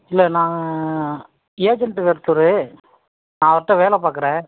இல்லை நான் agent worker நான் அவர்கிட்ட வேலை பார்க்குறேன்